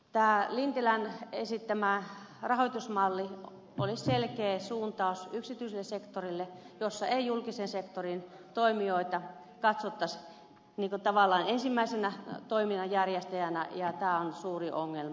lintilän esittämä rahoitusmalli olisi selkeä suuntaus yksityiselle sektorille jossa ei julkisen sektorin toimijoita katsottaisi tavallaan ensimmäisenä toiminnan järjestäjänä ja tämä on suuri ongelma